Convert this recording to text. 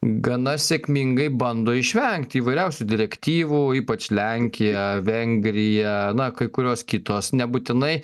gana sėkmingai bando išvengt įvairiausių direktyvų ypač lenkija vengrija na kai kurios kitos nebūtinai